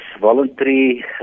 voluntary